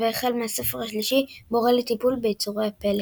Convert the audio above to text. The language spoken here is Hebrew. והחל מהספר השלישי מורה לטיפול ביצורי פלא.